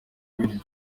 bibiri